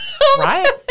Right